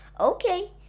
Okay